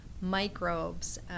microbes